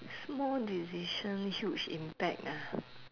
small decision huge impact ah